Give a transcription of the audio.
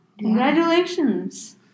Congratulations